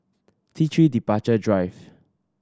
T Three Departure Drive